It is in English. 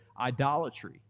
idolatry